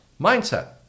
mindset